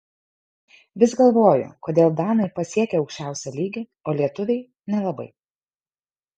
vis galvoju kodėl danai pasiekią aukščiausią lygį o lietuviai nelabai